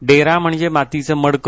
डेरा म्हणजे मातीचं मडक